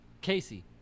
Casey